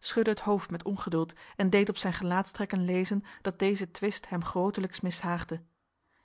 schudde het hoofd met ongeduld en deed op zijn gelaatstrekken lezen dat deze twist hem grotelijks mishaagde